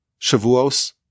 Shavuos